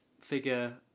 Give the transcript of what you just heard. figure